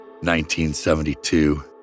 1972